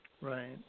Right